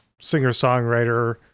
singer-songwriter